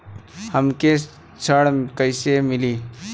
हमके ऋण कईसे मिली?